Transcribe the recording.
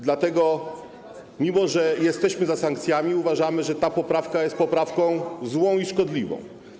Dlatego, mimo że jesteśmy za sankcjami, uważamy, że ta poprawka jest poprawką złą i szkodliwą.